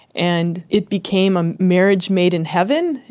and it became a marriage made in heaven.